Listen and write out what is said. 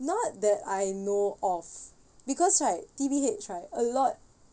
not that I know of because right T_V_H right a lot